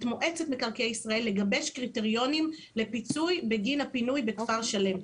את מועצת מקרקעי ישראל לגבש קריטריונים לפיצוי בגין הפינוי בכפר שלם.